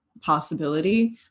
possibility